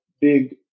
big